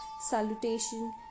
Salutation